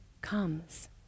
comes